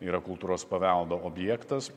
yra kultūros paveldo objektas